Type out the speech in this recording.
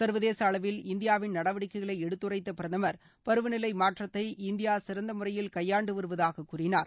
சர்வதேச அளவில் இந்தியாவின் நடவடிக்கைகளை எடுத்துரைத்த பிரதமர் பருவநிலை மாற்றத்தை இந்தியா சிறந்த முறையில் கையாண்டு வருவதாக கூறினார்